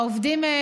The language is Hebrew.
העובדים,